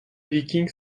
viking